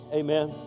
amen